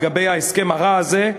לגבי ההסכם הרע הזה,